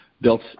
built